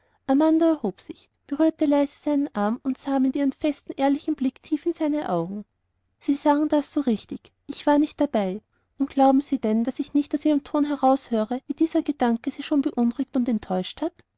amanda erhob sich berührte leise seinen arm und sah ihm mit ihrem festen ehrlichen blick tief in die augen sie sagen das so richtig ich war nicht dabei und glauben sie denn daß ich nicht aus ihrem ton heraushöre wie dieser gedanke sie schon beunruhigt und enttäuscht hat